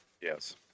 Yes